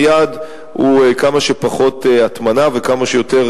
היעד הוא כמה שפחות הטמנה וכמה שיותר